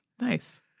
Nice